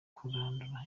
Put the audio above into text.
kurandura